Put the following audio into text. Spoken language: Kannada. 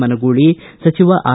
ಮನಗೂಳಿ ಸಚಿವ ಆರ್